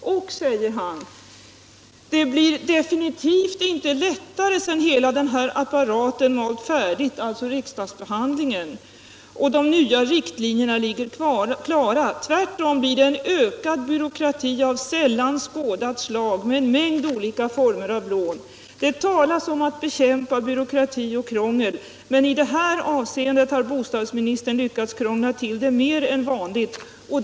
Det blir, fortsätter länsbostadsdirektören, definitivt inte lättare, när hela denna apparat, alltså riksdagsbehandlingen, malt färdigt och de nya riktlinjerna ligger klara. Tvärtom blir det en ökad byråkrati av sällan skådat slag med en mängd olika former av lån. Det talas om att bekämpa byråkrati och krångel, men i detta avseende har bostadsministern lyckats krångla till det mer än vanligt.